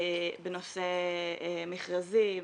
בנושא מכרזים,